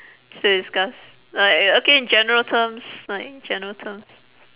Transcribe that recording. say discuss like uh okay in general terms like general terms